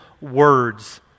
words